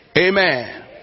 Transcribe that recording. Amen